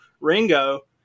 Ringo